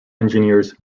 engineers